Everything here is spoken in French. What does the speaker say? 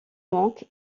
manque